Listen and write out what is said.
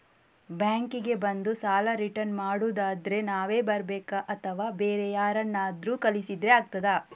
Bank ಗೆ ಬಂದು ಸಾಲ ರಿಟರ್ನ್ ಮಾಡುದಾದ್ರೆ ನಾವೇ ಬರ್ಬೇಕಾ ಅಥವಾ ಬೇರೆ ಯಾರನ್ನಾದ್ರೂ ಕಳಿಸಿದ್ರೆ ಆಗ್ತದಾ?